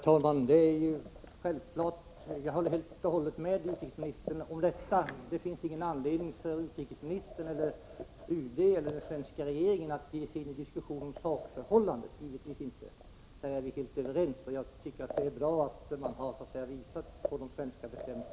Herr talman! Jag håller helt och hållet med utrikesministern om att det inte finns någon anledning för utrikesministern, UD eller den svenska regeringen att ge sig in i någon diskussion om sakförhållandet. Det finns det givetvis inte, och på den punkten är vi helt överens. Jag tycker det är bra att regeringen har hänvisat till de svenska bestämmelserna.